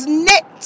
knit